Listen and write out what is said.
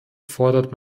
fordert